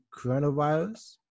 coronavirus